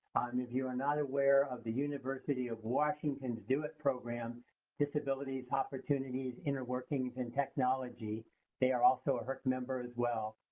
if you are not aware of the university of washington's do-it program disabilities, opportunities, inner workings, and technology they are also a herc member, as well.